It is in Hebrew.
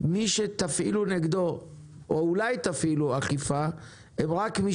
מי שתפעילו נגדו או אולי תפעילו אכיפה הם רק אלה